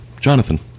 Jonathan